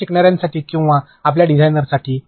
आपल्या शिकणार्यासाठी किंवा आपल्या डिझाइनरसाठी